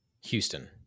Houston